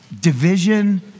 division